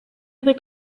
other